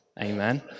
amen